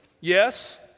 yes